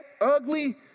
ugly